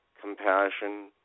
compassion